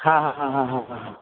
ಹಾಂ ಹಾಂ ಹಾಂ ಹಾಂ ಹಾಂ ಹಾಂ ಹಾಂ